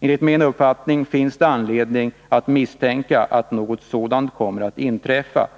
Enligt min uppfattning kan det misstänkas att något sådant kommer att inträffa.